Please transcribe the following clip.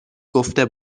گفته